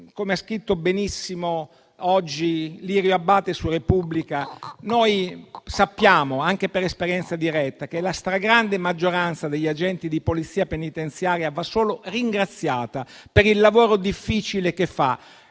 come ha scritto benissimo oggi Lirio Abbate su «la Repubblica», sappiamo anche per esperienza diretta che la stragrande maggioranza degli agenti di Polizia penitenziaria va solo ringraziata per il lavoro difficile che fa.